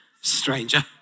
stranger